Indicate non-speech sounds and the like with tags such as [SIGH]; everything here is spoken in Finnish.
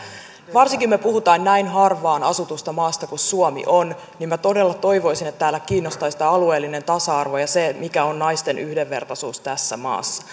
varsinkin kun me puhumme näin harvaan asutusta maasta kuin suomi on niin minä todella toivoisin että täällä kiinnostaisi tämä alueellinen tasa arvo ja se mikä on naisten yhdenvertaisuus tässä maassa [UNINTELLIGIBLE]